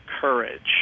courage